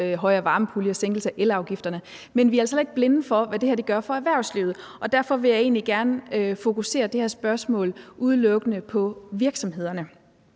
højere varmepuljer og sænkelse af elafgifterne. Men vi er altså heller ikke blinde for, hvad det her gør for erhvervslivet, og derfor vil jeg egentlig gerne fokusere det her spørgsmål udelukkende på virksomhederne.